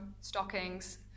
stockings